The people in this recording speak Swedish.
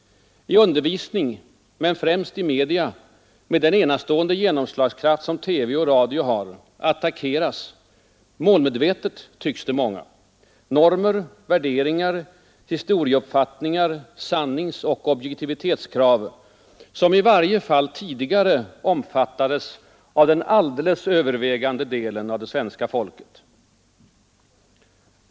I undervisning, men främst i media med den enastående genomslagskraft som TV och radio har, attackeras — målmedvetet, tycks det många — normer, värderingar, historieuppfattningar, sanningsoch objektivitetskrav, som i varje fall tidigare omfattades av den alldeles övervägande delen av det svenska folket.